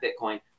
bitcoin